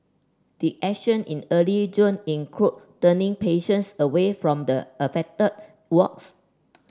did action in early June include turning patients away from the affected wards